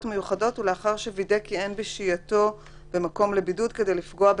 מיוחדות ולאחר שווידא שאין בשהייתו במקום לבידוד כדי לפגוע בטובתו.